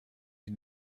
die